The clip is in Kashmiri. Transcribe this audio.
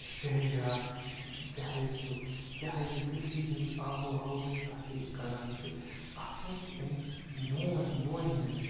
شہجار چاہے سُہ چاہے یہِ کٔشیٖر ہِنٛز آب و ہوہٕچ کَتھ ییٚلہِ یہِ کَران چھِ اَتھ منٛز چھِ أمۍ بون بونہِ ہِنٛز